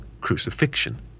crucifixion